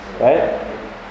right